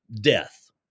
death